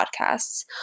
podcasts